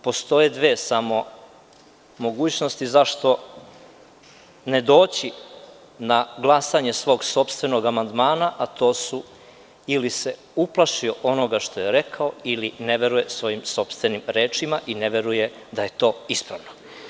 Postoje samo dve mogućnosti zašto ne doći na glasanje svog sopstvenog amandmana, a to su - ili se uplašio onog što je rekao ili ne veruje svojim sopstvenim rečima i ne veruje da je to ispravno.